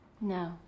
No